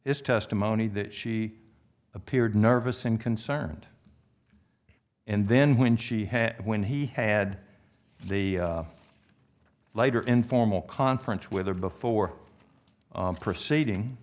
is testimony that she appeared nervous and concerned and then when she had when he had the lighter informal conference with her before proceeding